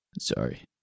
Sorry